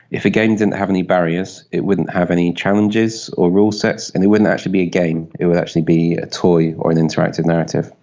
if a game didn't have any barriers, it wouldn't have any challenges or rule sets and it wouldn't actually be a game, it would actually be a toy or an interactive narrative.